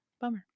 bummer